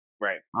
right